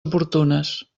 oportunes